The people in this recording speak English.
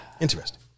interesting